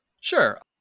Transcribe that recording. Sure